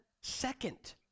Second